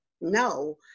no